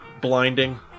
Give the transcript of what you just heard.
blinding